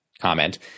comment